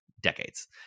decades